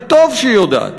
וטוב שהיא יודעת,